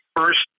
first